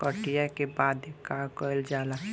कटिया के बाद का कइल जाला?